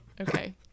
okay